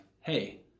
Hey